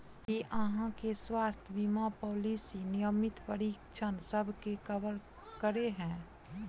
की अहाँ केँ स्वास्थ्य बीमा पॉलिसी नियमित परीक्षणसभ केँ कवर करे है?